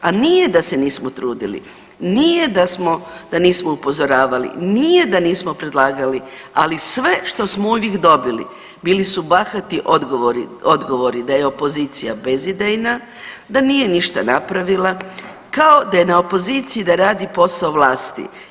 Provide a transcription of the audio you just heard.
A nije da se nismo trudili, nije da nismo upozoravali, nije da nismo predlagali, ali sve što smo uvijek dobili bili su bahati odgovori da je opozicija bezidejna, da nije ništa napravila kao da je na opoziciji da radi posao vlasti.